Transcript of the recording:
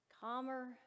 Calmer